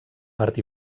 part